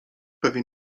pewien